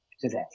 today